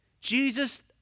Jesus